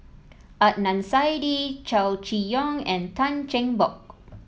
Adnan Saidi Chow Chee Yong and Tan Cheng Bock